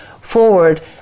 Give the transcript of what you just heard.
forward